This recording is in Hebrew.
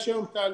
יש היום תהליכים,